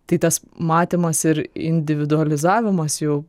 tai tas matymas ir individualizavimas jų